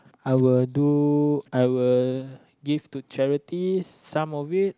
I will do I will give to charity some of it